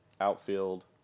outfield